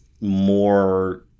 more